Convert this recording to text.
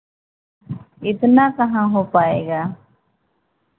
इतना कहाँ हो पाएगा